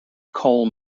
coal